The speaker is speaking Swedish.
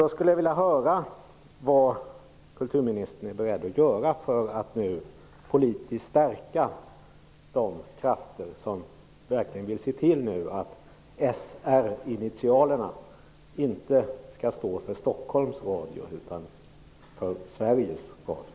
Då skulle jag vilja höra vad kulturministern är beredd att göra för att politiskt stärka de krafter som verkligen vill se till att SR-initialerna inte skall stå för Stockholms Radio utan för Sveriges Radio.